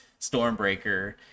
Stormbreaker